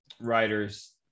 writers